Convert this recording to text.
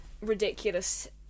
ridiculous